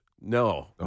No